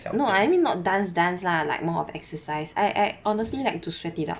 I mean not dance dance lah like more of exercise I I honestly like to sweat it out